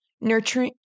nurturing